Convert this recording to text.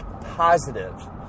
positive